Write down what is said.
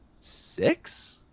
six